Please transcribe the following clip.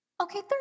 Okay